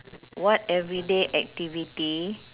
what everyday activity